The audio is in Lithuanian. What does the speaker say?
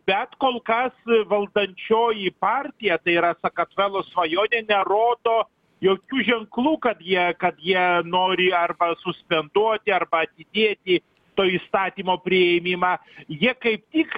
bet kol kas valdančioji partija tai yra sakartvelo svajonė nerodo jokių ženklų kad jie kad jie nori arba suspenduoti arba atidėti to įstatymo priėmimą jie kaip tik